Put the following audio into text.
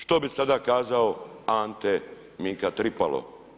Što bi sada kazao Ante Mika Tripalo?